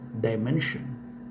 dimension